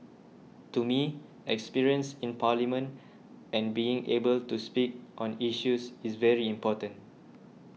to me experience in Parliament and being able to speak on issues is very important